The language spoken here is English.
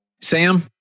Sam